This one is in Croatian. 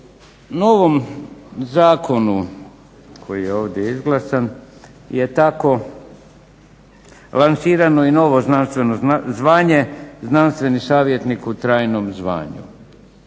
novom Zakonu koji je ovdje izglasan je tako lansirano i novo znanstveno zvanje – znanstveni savjetnik u tajnom zvanju.